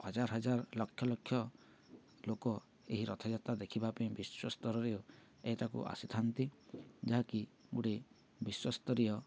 ହଜାର ହଜାର ଲକ୍ଷ ଲକ୍ଷ ଲୋକ ଏହି ରଥଯାତ୍ରା ଦେଖିବା ପାଇଁ ବିଶ୍ୱ ସ୍ତରରେ ଏଟାକୁ ଆସିଥାନ୍ତି ଯାହାକି ଗୁଡ଼େ ବିଶ୍ୱସ୍ତରୀୟ